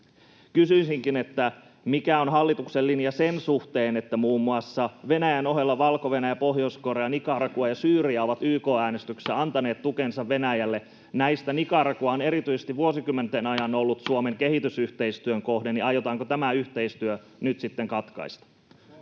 Kysyisinkin, mikä on hallituksen linja sen suhteen, että Venäjän ohella muun muassa Valko-Venäjä, Pohjois-Korea, Nicaragua ja Syyria ovat YK-äänestyksissä antaneet tukensa Venäjälle. Näistä erityisesti Nicaragua on vuosikymmenten ajan ollut Suomen kehitysyhteistyön kohde. Aiotaanko tämä yhteistyö nyt sitten katkaista?